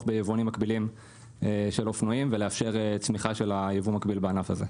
ביבואנים מקבילים של אופנועים ולאפשר צמיחה של היבוא המקביל בענף הזה.